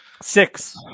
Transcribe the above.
Six